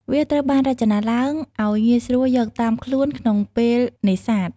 វាត្រូវបានរចនាឡើងឲ្យងាយស្រួលយកតាមខ្លួនក្នុងពេលនេសាទ។